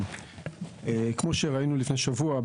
כמו שראינו לפני שבוע,